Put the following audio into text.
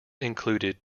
included